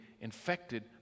infected